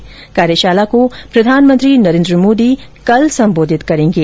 इस कार्यशाला को प्रधानमंत्री नरेन्द्र मोदी कल संबोधित करेंगे